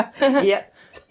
yes